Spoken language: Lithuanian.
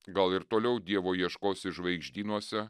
gal ir toliau dievo ieškosi žvaigždynuose